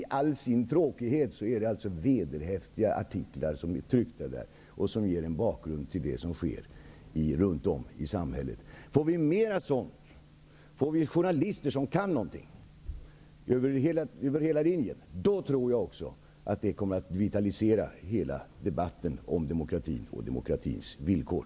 I all sin tråkighet är det alltså vederhäftiga artiklar som är tryckta där och som ger en bakgrund till det som sker runt om i samhället. Får vi mer sådant, får vi journalister som kan någonting över hela linjen, tror jag också att det kommer att vitalisera hela debatten om demokratin och demokratins villkor.